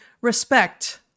respect